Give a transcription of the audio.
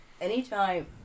Anytime